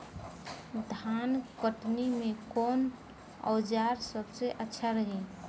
धान कटनी मे कौन औज़ार सबसे अच्छा रही?